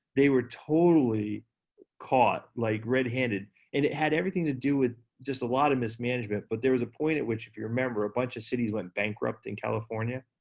they were totally caught, like red handed. and it had everything to do with just a lot of mismanagement but a point at which, if you remember, a bunch of cities went bankrupt in california,